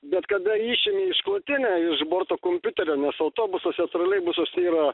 bet kada išėmė išklotinę iš borto kompiuterio nes autobusuose troleibusuose yra